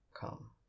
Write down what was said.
come